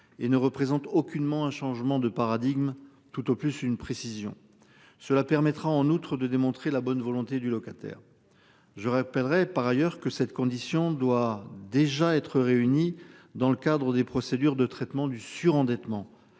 et ne représente aucunement un changement de paradigme tout au plus une précision. Cela permettra en outre de démontrer la bonne volonté du locataire. Je rappellerais par ailleurs que cette condition doit déjà être réunis dans le cadre des procédures de traitement du surendettement